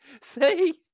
see